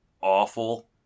awful